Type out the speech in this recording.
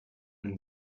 and